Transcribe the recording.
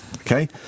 Okay